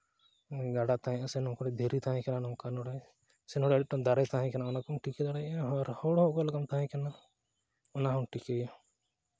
ᱜᱟᱰᱟ ᱛᱟᱦᱮᱸᱫᱼᱟ ᱥᱮ ᱱᱚᱣᱟ ᱠᱚᱨᱮᱫ ᱫᱷᱤᱨᱤ ᱛᱟᱦᱮᱸ ᱠᱟᱱᱟ ᱱᱚᱝᱠᱟ ᱱᱚᱰᱮ ᱥᱮ ᱱᱚᱰᱮ ᱢᱤᱫᱴᱟᱱ ᱫᱟᱨᱮ ᱛᱟᱦᱮᱸ ᱠᱟᱱᱟ ᱚᱱᱟ ᱠᱚᱢ ᱴᱷᱤᱠᱟᱹ ᱫᱟᱲᱮᱭᱟᱜᱼᱟ ᱟᱨ ᱦᱚᱲ ᱦᱚᱸ ᱚᱠᱟ ᱞᱮᱠᱟᱢ ᱛᱟᱦᱮᱸ ᱠᱟᱱᱟ ᱚᱱᱟ ᱦᱚᱸᱢ ᱴᱷᱤᱠᱟᱹᱭᱟ